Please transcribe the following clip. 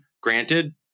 Granted